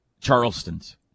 Charleston's